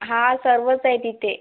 हा सर्वच आहे तिथे